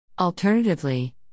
Alternatively